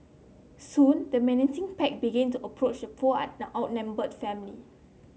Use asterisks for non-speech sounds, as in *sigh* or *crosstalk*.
soon the menacing pack began to approach the poor *unintelligible* outnumbered family